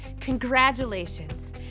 congratulations